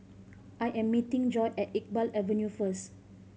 I am meeting Joi at Iqbal Avenue first